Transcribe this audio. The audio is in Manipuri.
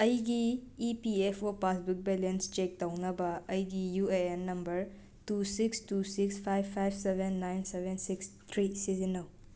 ꯑꯩꯒꯤ E P F O passbook balance check ꯇꯧꯅꯕ ꯑꯩꯒꯤ U A N number two six two six five five seven nine seven six three ꯁꯤꯖꯤꯟꯅꯧ